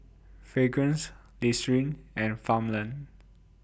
Fragrance Listerine and Farmland